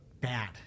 bad